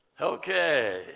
Okay